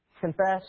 Confess